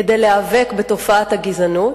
להיאבק בתופעת הגזענות,